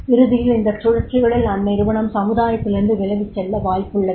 இறுதியில் இந்த சுழற்சிகளில் அந்நிறுவனம் சமுதாயத்திலிருந்து விலகிச் செல்ல வாய்ப்புள்ளது